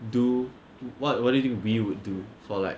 do what what do you think we would do for like